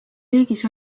riigis